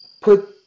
Put